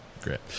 Great